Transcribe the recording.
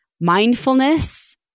mindfulness